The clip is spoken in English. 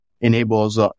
enables